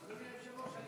אדוני היושב-ראש,